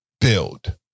build